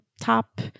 top